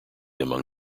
among